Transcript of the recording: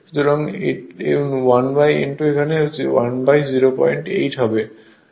সুতরাং 1 n2 এখানে 1 08 হবে